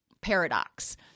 paradox